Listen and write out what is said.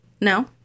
No